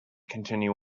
continue